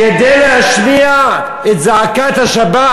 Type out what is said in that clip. כדי להשמיע את זעקת השבת.